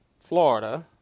Florida